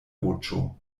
voĉo